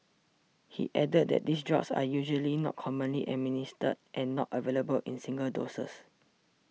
he added that these drugs are usually not commonly administered and not available in single doses